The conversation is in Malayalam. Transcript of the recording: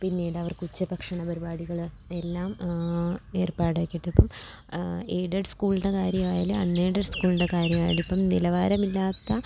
പിന്നീടവർക്ക് ഉച്ചഭക്ഷണ പരിപാടികൾ എല്ലാം ഏർപ്പാടാക്കിയിട്ടിപ്പം എയ്ഡഡ് സ്കൂളുടെ കാര്യമായാലും അൺ എയ്ഡഡ് സ്കൂളിൻ്റെ കാര്യമായാലും ഇപ്പം നിലവാരം ഇല്ലാത്ത